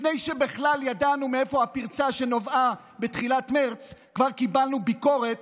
לפני שבכלל ידענו מאיפה הפרצה שבאה בתחילת מרץ כבר קיבלנו ביקורת